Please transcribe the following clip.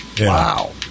Wow